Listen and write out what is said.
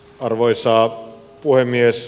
arvoisa puhemies